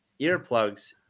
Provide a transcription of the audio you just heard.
earplugs